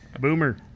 Boomer